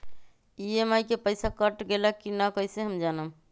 EMI के पईसा कट गेलक कि ना कइसे हम जानब?